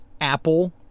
Apple